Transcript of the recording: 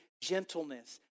gentleness